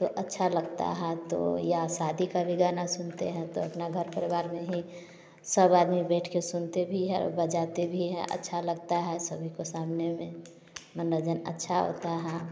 तो अच्छा लगता है तो या शादी का भी गाना सुनते हैं तो अपना घर परिवार में ही सब आदमी बैठ के सुनते भी है और बजाते भी है अच्छा लगता है सभी के सामने में नजर अच्छा होता है